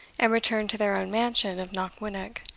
and returned to their own mansion of knockwinnock,